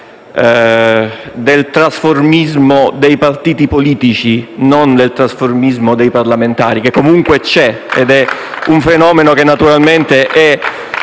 Grazie,